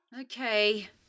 Okay